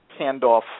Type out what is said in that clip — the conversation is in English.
handoff